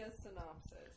synopsis